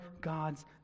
God's